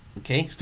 okay?